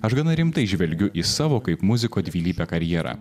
aš gana rimtai žvelgiu į savo kaip muziko dvilypę karjerą